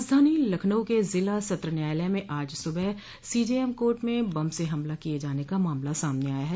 राजधानी लखनऊ के ज़िला सत्र न्यायालय में आज सुबह सीजेएम कोर्ट में बम से हमला किये जाने का मामला सामने आया है